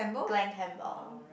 Glen-Campbell